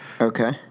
Okay